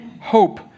Hope